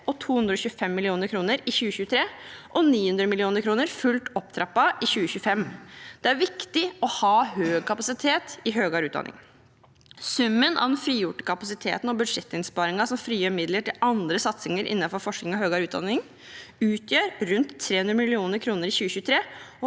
og 225 mill. kr i 2023 og til 900 mill. kroner fullt opptrappet i 2025. Det er viktig å ha høy kapasitet i høyere utdanning. Summen av den frigjorte kapasiteten og budsjettinnsparingen som frigjør midler til andre satsinger innenfor forskning og høyere utdanning, utgjør rundt 300 mill. kr i 2023